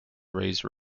raise